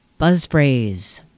buzzphrase